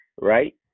right